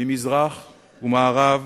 ממזרח וממערב,